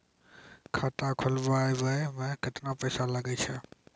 खाता खोलबाबय मे केतना पैसा लगे छै?